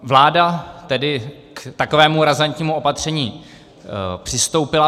Vláda tedy k takovému razantnímu opatření přistoupila.